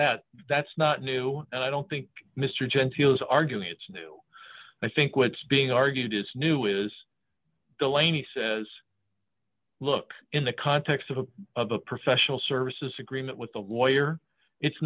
that that's not new and i don't think mr genteel is arguing it's do i think what's being argued is new is delaying he says look in the context of a professional services agreement with the lawyer it's